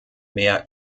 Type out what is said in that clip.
mehr